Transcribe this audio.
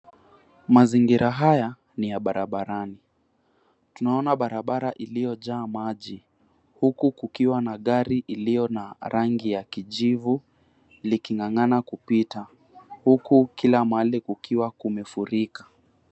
Mazingira haya ni ya barabarani. Tunaona barabara iliyojaa maji huku kukiwa na gari iliyo na rangi ya kijivu liking'ang'ana kupita huku kila mahali kukiwa kumefurika.